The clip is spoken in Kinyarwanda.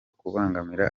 kubangamira